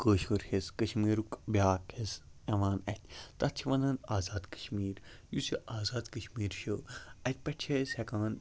کٲشُر حِصہٕ کشمیٖرُک بیٛاکھ حِصہٕ یِوان اَتھِ تَتھ چھِ وَنان آزاد کشمیٖر یُس یہِ آزاد کشمیٖر چھُ اَتہِ پٮ۪ٹھ چھِ أسۍ ہٮ۪کان